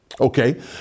Okay